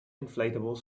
inflatable